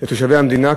לתושבי המדינה,